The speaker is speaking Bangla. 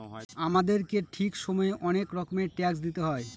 আমাদেরকে ঠিক সময়ে অনেক রকমের ট্যাক্স দিতে হয়